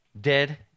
dead